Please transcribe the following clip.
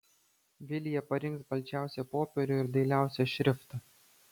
vilija parinks balčiausią popierių ir dailiausią šriftą